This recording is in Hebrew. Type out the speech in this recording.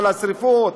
בשרפות,